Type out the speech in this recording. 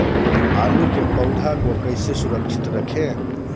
आलू के पौधा को कैसे सुरक्षित रखें?